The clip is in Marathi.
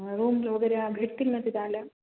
रूम वगैरे भेटतील ना तिथे आल्यावर